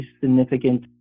significant